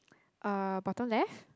uh bottom left